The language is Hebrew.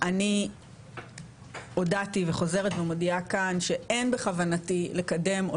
אני הודעתי וחוזרת ומודיעה כאן שאין בכוונתי לקדם או